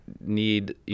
need